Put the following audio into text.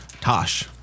Tosh